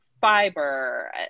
fiber